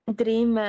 dream